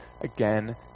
again